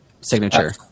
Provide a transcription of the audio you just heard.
signature